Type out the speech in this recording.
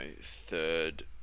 third